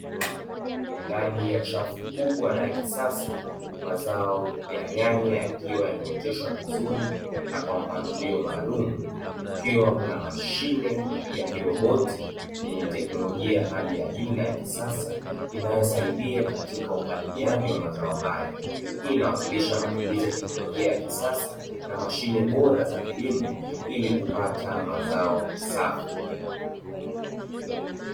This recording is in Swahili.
Ndani ya safu kubwa na ya kisasa mazao ya nyanya yakiwa yameoteshwa vizuri na kwa mpangilio maalumu kukiwa kuna mashine ya kiroboti yenye teknolojia ya hali ya juu na ya kisasa inayosaidia katika upaliliaji wa mazao haya, hii inawakilisha matumizi ya teknolojia ya kisasa ya mashine bora za kilimo ili kupata mazao safi.